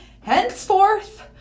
henceforth